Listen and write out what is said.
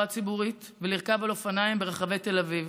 ציבורית ולרכוב על אופניים ברחבי תל אביב,